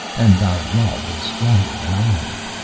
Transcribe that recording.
and thy love is stronger than i am.